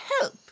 help